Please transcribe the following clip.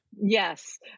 Yes